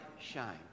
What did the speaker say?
shine